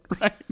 Right